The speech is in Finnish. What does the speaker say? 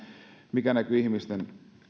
mikä näkyy ihmisten